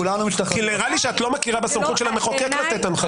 כי נראה לי שאת לא מכירה בסמכות של המחוקק לתת הנחיות.